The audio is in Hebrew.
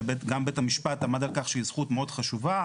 שגם בית המשפט עמד על כך שהיא זכות מאוד חשובה.